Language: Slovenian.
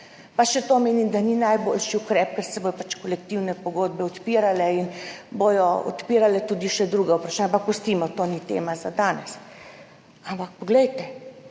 Pa še to menim, da ni najboljši ukrep, ker se bodo pač kolektivne pogodbe odpirale in bodo odpirale tudi še druga vprašanja, ampak pustimo, to ni tema za danes, ampak to